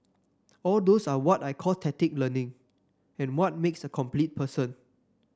all those are what I call tacit learning and what makes a complete person